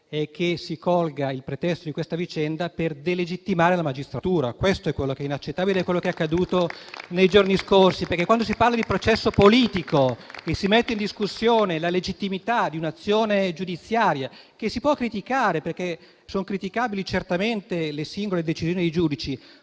che si colga il pretesto di questa vicenda per delegittimare la magistratura. Questo è inaccettabile ed è quello che è accaduto nei giorni scorsi. Infatti, si è parlato di processo politico e si è messa in discussione la legittimità di un'azione giudiziaria, che si può criticare perché son criticabili certamente le singole decisioni dei giudici.